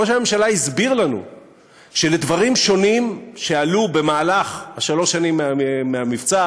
ראש הממשלה הסביר לנו שלדברים שונים שעלו במהלך שלוש השנים מהמבצע